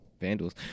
Vandals